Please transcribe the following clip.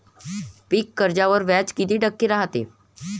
पीक कर्जावर व्याज किती टक्के रायते?